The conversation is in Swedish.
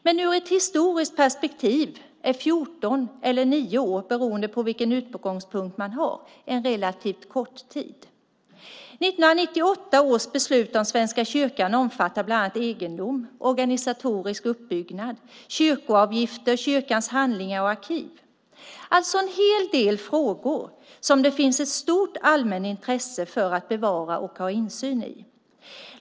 Men ur ett historiskt perspektiv är 14 eller 9 år, beroende på vilken utgångspunkt man har, en relativt kort tid. 1998 års beslut om Svenska kyrkan omfattar bland annat egendom, organisatorisk uppbyggnad, kyrkoavgifter, kyrkans handlingar och arkiv, alltså en hel del frågor som det finns ett allmänt intresse för att bevara och ha insyn i.